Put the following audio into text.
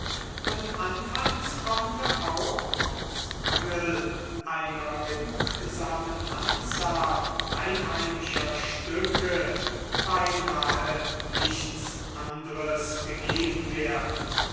und anfangs konnte auch aus mangel einer genugsamen anzahl einheimischer stücke beinahe nichts anders gegeben werden